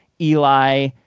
Eli